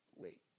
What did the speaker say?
late